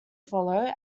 follow